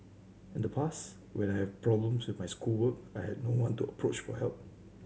in the past when have problems with my schoolwork I had no one to approach for help